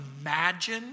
imagine